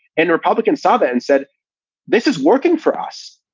and republicans saw that and said this is working for us.